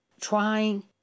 trying